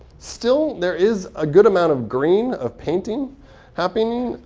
still, there is a good amount of green, of painting happening.